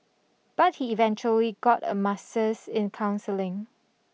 but he eventually got a master's in counselling